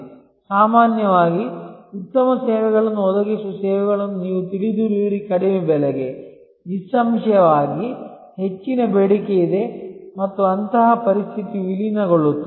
ಸಾಮಾನ್ಯವಾಗಿ ಉತ್ತಮ ಸೇವೆಗಳನ್ನು ಒದಗಿಸುವ ಸೇವೆಗಳನ್ನು ನೀವು ತಿಳಿದಿರುವಿರಿ ಕಡಿಮೆ ಬೆಲೆಗೆ ನಿಸ್ಸಂಶಯವಾಗಿ ಹೆಚ್ಚಿನ ಬೇಡಿಕೆಯಿದೆ ಮತ್ತು ಅಂತಹ ಪರಿಸ್ಥಿತಿಯು ವಿಲೀನಗೊಳ್ಳುತ್ತದೆ